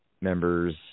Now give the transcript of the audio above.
members